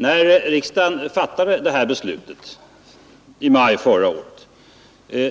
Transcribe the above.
När riksdagen i maj förra året